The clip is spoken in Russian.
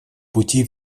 пути